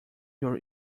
your